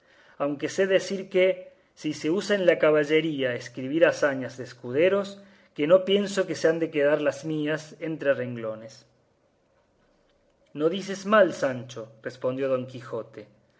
aunque sé decir que si se usa en la caballería escribir hazañas de escuderos que no pienso que se han de quedar las mías entre renglones no dices mal sancho respondió don quijote